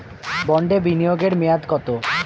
বন্ডে বিনিয়োগ এর মেয়াদ কত?